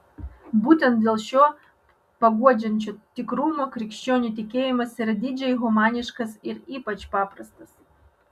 būtent dėl šio paguodžiančio tikrumo krikščionių tikėjimas yra didžiai humaniškas ir ypač paprastas